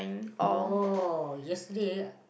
oh yesterday